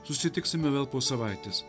susitiksime vėl po savaitės